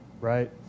right